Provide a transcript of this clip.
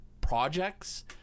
projects